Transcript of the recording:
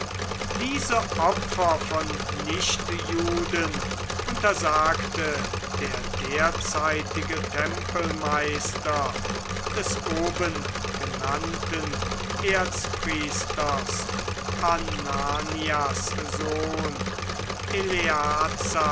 diese opfer von nichtjuden untersagte der derzeitige tempelmeister des oben genannten erzpriesters ananias sohn